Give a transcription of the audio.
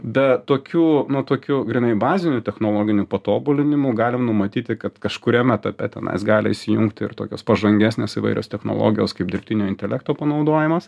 be tokių nu tokių grynai bazinių technologinių patobulinimų galim numatyti kad kažkuriam etape tenais gali įsijungti ir tokios pažangesnės įvairios technologijos kaip dirbtinio intelekto panaudojimas